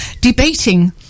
debating